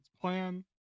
plan